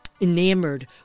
enamored